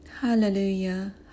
Hallelujah